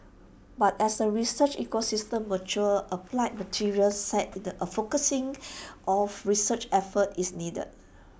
but as the research ecosystem matures applied materials said A focusing of research efforts is needed